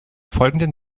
folgenden